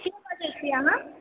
के बाजै छियै अहाँ